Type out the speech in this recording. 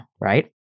right